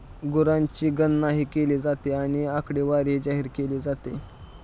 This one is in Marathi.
गुरांची गणनाही केली जाते आणि आकडेवारी जाहीर केला जातो